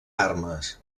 armes